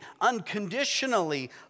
unconditionally